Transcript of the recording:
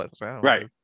Right